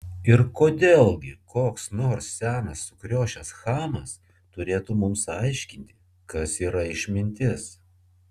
ir kodėl gi koks nors senas sukriošęs chamas turėtų mums aiškinti kas yra išmintis